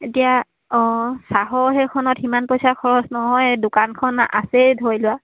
এতিয়া অঁ চাহৰ সেইখনত সিমান পইচা খৰচ নহয় দোকানখন আছেই ধৰি লোৱা